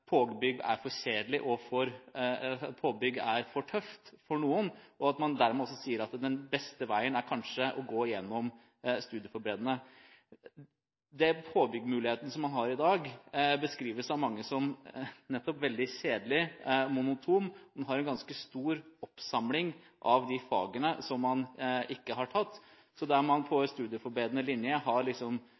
er for kjedelig og for tøft for noen, og at man dermed sier at den beste veien kanskje er å gå gjennom studieforberedende. Påbyggingsmuligheten som man har i dag, beskrives av mange som nettopp veldig kjedelig og monoton, og man har en ganske stor oppsamling av de fagene man ikke har tatt. Så der man på studieforberedende linje har